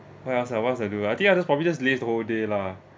what else ah what else I'll do I think I just probably just laze whole day lah